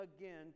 again